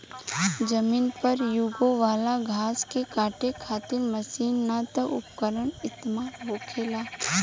जमीन पर यूगे वाला घास के काटे खातिर मशीन ना त उपकरण इस्तेमाल होखेला